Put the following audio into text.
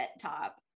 top